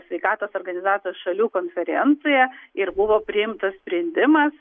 sveikatos organizacijos šalių konferenciją ir buvo priimtas sprendimas